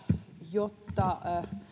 jotta